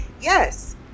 Yes